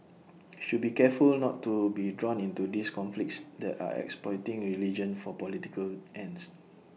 should be careful not to be drawn into these conflicts that are exploiting religion for political ends